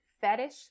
Fetish